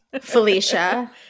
Felicia